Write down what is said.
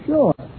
Sure